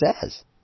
says